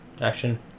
action